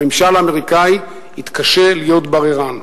הממשל האמריקני יתקשה להיות בררן.